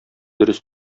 дөрес